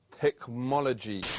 Technology